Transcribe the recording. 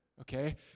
okay